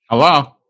hello